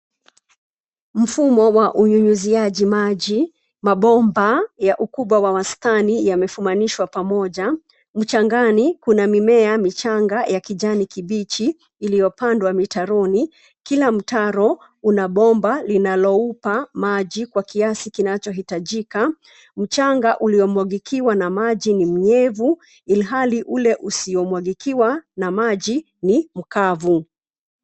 Mfumo wa unyunyiziaji maji, mabomba ya ukubwa wa wastani yamefumanishwa pamoja. Mchangani, kuna mimea michanga ya kijani kibichi iliyopandwa mitaroni, kila mtaro una bomba linaloupa maji kwa kiasi kinacho hitajika . Mchanga uliomwagikiwa na maji ni mnyevu ilhali ule usio mwagikiwa na maji ni mkavu.